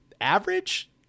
average